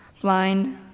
blind